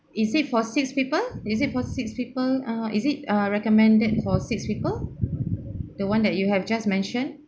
is it for six people is it for six people uh is it uh recommended for six people the one that you have just mentioned